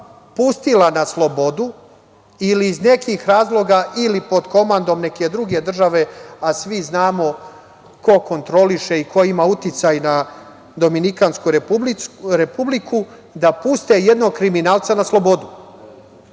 pustila na slobodu ili iz nekih razloga ili pod komandom neke druge države, a svi znamo ko kontroliše i ko ima uticaj na Dominikansku Republiku, da puste jednog kriminalca na slobodu,